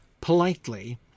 politely